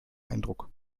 eindruck